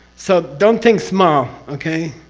so don't think small okay?